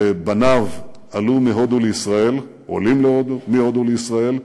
שבניו עלו מהודו לישראל, עולים מהודו לישראל,